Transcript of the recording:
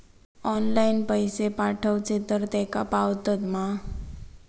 Online पैसे पाठवचे तर तेका पावतत मा?